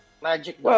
Magic